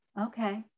Okay